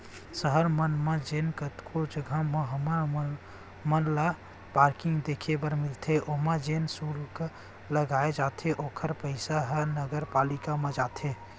सहर मन म जेन कतको जघा म हमन ल पारकिंग देखे बर मिलथे ओमा जेन सुल्क लगाए जाथे ओखर पइसा ह नगरपालिका म जाथे